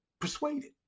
persuaded